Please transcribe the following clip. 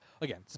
again